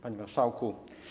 Panie Marszałku!